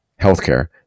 healthcare